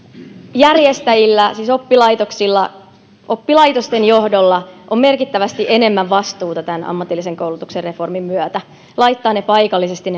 järjestäjillä siis oppilaitoksilla oppilaitosten johdolla on merkittävästi enemmän vastuuta tämän ammatillisen koulutuksen reformin myötä laittaa paikallisesti